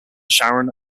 sharon